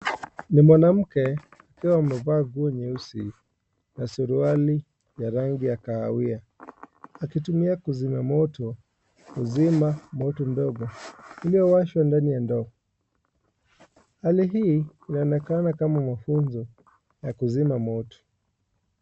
Ni mwanamke akiwa amevaa nguo nyeusi na suruali rangi ya kahawia, akitumia kizima moto kuzima moto ndogo ulioashwa ndani ya ndoo. Hali hii inaonekana kama mafunzo ya kuzima moto.